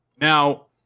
Now